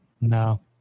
no